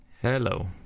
Hello